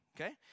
okay